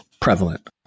prevalent